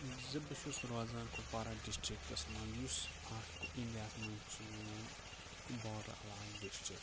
زِ بہٕ چھُس روزان کُپوارہ ڈِسٹِرٛکَس منٛز یُس اَکھ اِنڈیا ہَس منٛز چھِ یِوان کہِ بارڈَر علاقہٕ ڈِسٹِرٛک